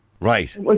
Right